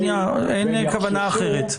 אין כוונה אחרת.